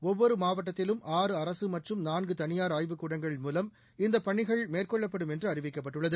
ஒவ்வொரு மாவட்டத்திலும் ஆறு அரசு மற்றும் நான்கு தனியார் ஆய்வுக்கூடங்கள் மூவம் இந்த பணிகள் மேள்கொள்ளப்படும் என்று அறிவிக்கப்பட்டுள்ளது